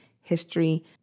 history